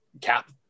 cap